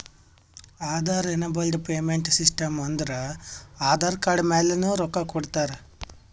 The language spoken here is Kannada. ಆಧಾರ್ ಏನೆಬಲ್ಡ್ ಪೇಮೆಂಟ್ ಸಿಸ್ಟಮ್ ಅಂದುರ್ ಆಧಾರ್ ಕಾರ್ಡ್ ಮ್ಯಾಲನು ರೊಕ್ಕಾ ಕೊಡ್ತಾರ